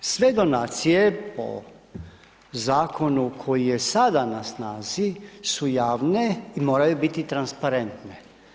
Sve donacije o zakonu koji je sada na snazi su javne i moraju biti transparentne.